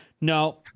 No